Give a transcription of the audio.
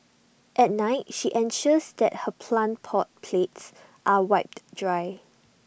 at night she ensures that her plant pot plates are wiped dry